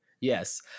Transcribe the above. yes